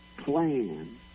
plan